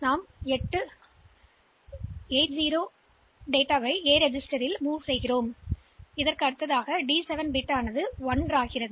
நாம் இதை நகர்த்த வேண்டும் 80 இந்த ஏ பதிவேட்டில் நகர்த்துவோம் அது அந்த டி 7 பிட்டை 1 ஆக அமைக்கும்